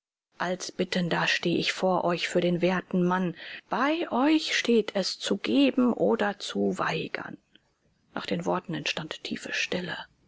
als bittender steh ich vor euch für den werten mann bei euch steht es zu geben oder zu weigern nach den worten entstand tiefe stille